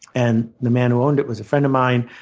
and the man who owned it was a friend of mine.